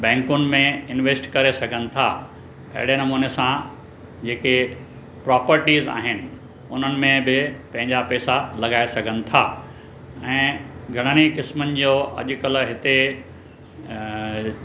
बैंकुनि में इंवेस्ट करे सघनि था अहिड़े नमूने सां जेके प्रॉपर्टीसि आहिनि उननि में बि पंहिंजा पैसा लॻाए सघनि था ऐं घणनि ई क़िस्मनि जो अॼुकल्ह हिते